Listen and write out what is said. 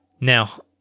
Now